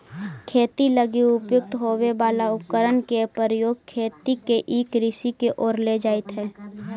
खेती लगी उपयुक्त होवे वाला उपकरण के प्रयोग खेती के ई कृषि के ओर ले जाइत हइ